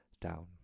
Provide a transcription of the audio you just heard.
down